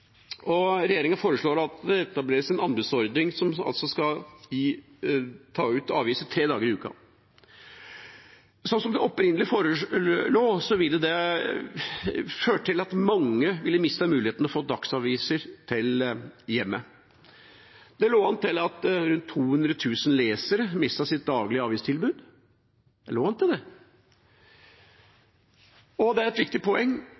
distriktene. Regjeringa foreslår at det etableres en anbudsordning for å levere aviser tre dager i uka. Sånn det opprinnelig forelå, ville det ført til at mange ville mistet muligheten til å få dagsaviser levert hjem. Det lå an til at rundt 200 000 lesere skulle miste sitt daglige avistilbud. Det lå an til det. Og et viktig poeng: